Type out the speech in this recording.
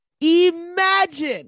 imagine